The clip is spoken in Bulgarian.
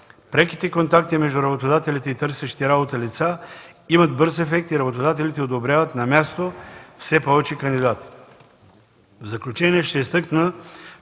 Преките контакти между работодателите и търсещите работа лица имат бърз ефект и работодателите одобряват на място все повече кандидати.